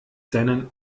seinen